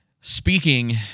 speaking